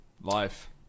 Life